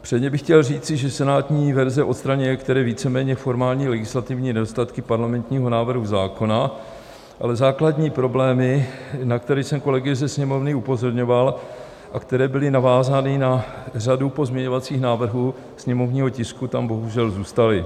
Předně bych chtěl říci, že senátní verze odstraňuje některé víceméně formální legislativní nedostatky parlamentního návrhu zákona, ale základní problémy, na které jsem kolegy ze Sněmovny upozorňoval a které byly navázány na řadu pozměňovacích návrhů sněmovního tisku, tam bohužel zůstaly.